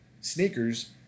sneakers